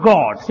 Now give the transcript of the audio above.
God